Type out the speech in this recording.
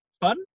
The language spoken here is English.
fun